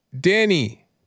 Danny